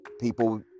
people